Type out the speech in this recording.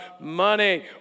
money